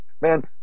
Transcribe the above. man